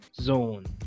Zone